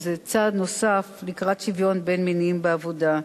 וזה צעד נוסף לקראת שוויון בין מינים בעבודה.